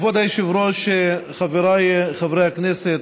כבוד היושב-ראש, חבריי חברי הכנסת,